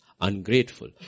Ungrateful